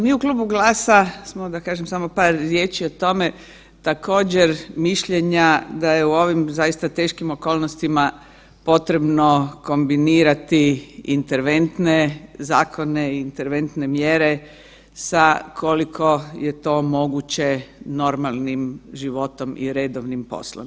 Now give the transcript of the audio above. Mi u klubu GLAS-a samo da kažem par riječi o tome, također mišljenja da je u ovim zaista teškim okolnostima potrebno kombinirati interventne zakone, interventne mjere sa koliko je to moguće normalnim životom i redovnim poslom.